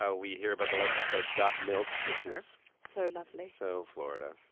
ah we hear about the license plate got milf, which is. so lovely. so florida.